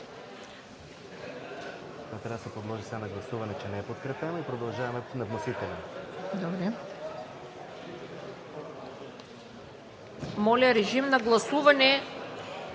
Моля, режим на гласуване.